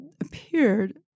appeared